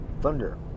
thunder